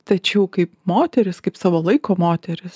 tačiau kaip moteris kaip savo laiko moteris